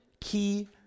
key